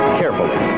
carefully